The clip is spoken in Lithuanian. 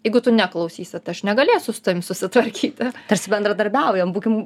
jeigu tu neklausysi tai aš negalėsiu su tavim susitvarkyti tarsi bendradarbiaujam būkim